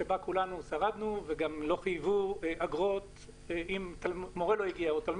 לא רצו שיקיימו מבחנים מעשיים בתוך היישוב.